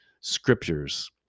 scriptures